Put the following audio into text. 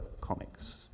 Comics